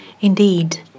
Indeed